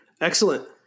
excellent